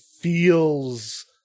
feels